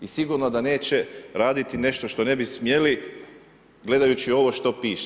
I sigurno da neće raditi nešto što ne bi smjeli gledajući ovo što piše.